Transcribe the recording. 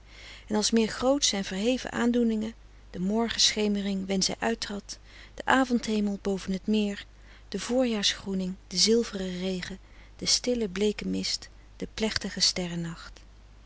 en als meer grootsche en verheven aandoeningen de morgen schemering wen zij uittrad de avond hemel boven t meer de voorjaars groening de zilveren regen de stille bleeke mist de plechtige